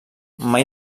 mai